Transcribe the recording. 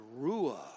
Ruah